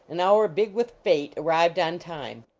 an hour big with fate, arrived on time.